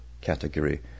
category